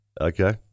okay